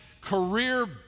career